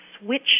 switch